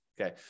Okay